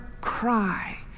cry